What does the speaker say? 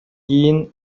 кийин